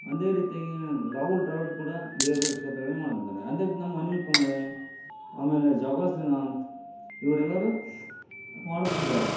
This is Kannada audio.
ಅದೇ ರೀತಿಯಾಗಿ ರಾಹುಲ್ ದ್ರಾವಿಡ್ ಕೂಡ ಬೇರೆ ಬೇರೆ ಕ್ಷೇತ್ರಗಳಲ್ಲಿ ಮಾಡುತ್ತಿದ್ದಾರೆ ಅದೇ ರೀತಿ ನಮ್ಮ ಅನಿಲ್ ಕುಂಬ್ಳೆ ಆಮೇಲೆ ಜಾವ್ಗಲ್ ಶ್ರೀನಾಥ್ ಇವರೆಲ್ಲರೂ ಮಾಡುತ್ತಿದ್ದಾರೆ